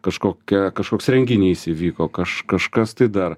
kažkokia kažkoks renginys įvyko kaž kažkas tai dar